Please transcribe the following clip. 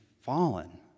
fallen